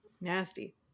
Nasty